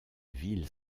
ville